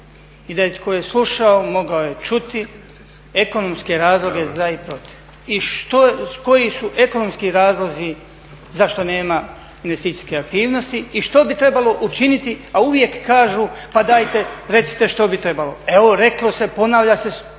i da je tko je slušao mogao je čuti ekonomske razloge za i protiv i koji su ekonomski razlozi zašto nema investicijske aktivnosti, a što bi trebalo učiniti. A uvijek kažu pa dajte recite što bi trebalo. Evo reklo se, ponavlja se